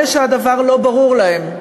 שהדבר לא ברור להם.